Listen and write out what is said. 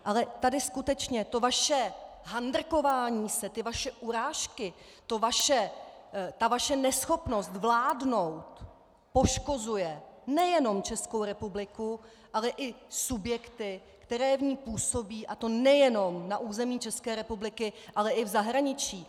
Ale tady skutečně to vaše handrkování se, ty vaše urážky, ta vaše neschopnost vládnout poškozuje nejenom Českou republiku, ale i subjekty, které v ní působí, a to nejenom na území České republiky, ale i v zahraničí.